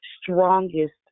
strongest